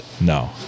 No